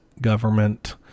government